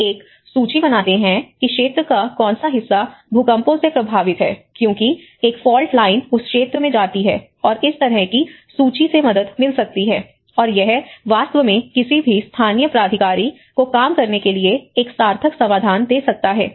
वे एक सूची बनाते हैं कि क्षेत्र का कौन सा हिस्सा भूकंपों से प्रभावित है क्योंकि एक फॉल्ट लाइन उस क्षेत्र में जाती है और इस तरह की सूची से मदद मिल सकती है और यह वास्तव में किसी भी स्थानीय प्राधिकारी को काम करने के लिए एक सार्थक समाधान दे सकता है